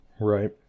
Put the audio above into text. Right